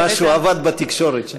משהו אבד בתקשורת שם.